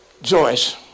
Joyce